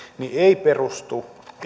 ei perustu